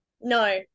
No